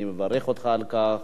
אני מברך אותך על כך.